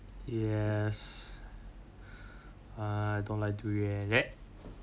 yes I don't like durian